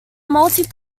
multi